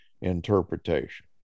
interpretation